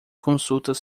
consultas